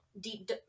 deep